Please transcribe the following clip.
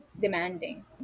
demanding